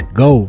go